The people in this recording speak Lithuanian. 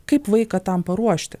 kaip vaiką tam paruošti